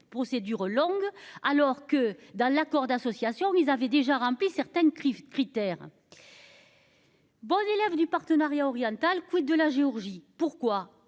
procédure longue alors que dans l'accord d'association, ils avaient déjà rempli certaines crises critères. Bon élève du Partenariat oriental, quid de la Géorgie pourquoi